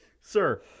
Sir